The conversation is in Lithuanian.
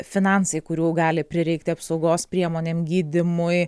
finansai kurių gali prireikti apsaugos priemonėm gydymui